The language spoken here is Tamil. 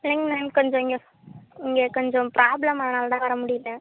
இல்லைங்க மேம் கொஞ்சம் இங்கே இங்கே கொஞ்சம் ப்ராப்ளம் அதனால்தான் வர முடியல